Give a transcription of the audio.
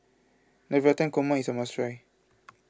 Navratan Korma is a must try